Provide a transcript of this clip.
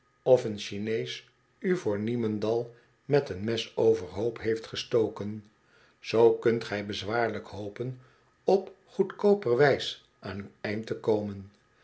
of een chinees u voor niemendal met een mes overhoop heeft gestoken zoo kunt gij bezwaarlijk hopen op goedkooper wijs aan uw eind te komen